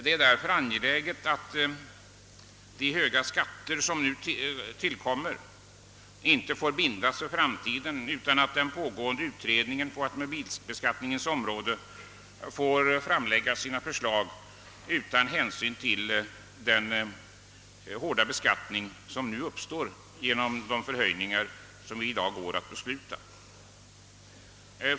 Det är därför angeläget att de höga skatter som nu tillkommer inte får bindas för framtiden, utan att den pågående utredningen på automobilbeskattningens område får framlägga sina förslag utan hänsyn till den hårda beskattning som nu uppstår genom de höjningar som vi i dag går att besluta om.